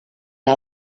una